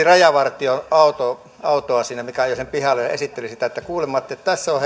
rajavartioautoa mikä ajoi sinne pihalle ja sanoi että kuule matti tässä on